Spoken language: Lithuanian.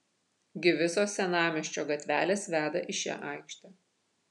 gi visos senamiesčio gatvelės veda į šią aikštę